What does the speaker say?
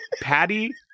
Patty